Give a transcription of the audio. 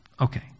Okay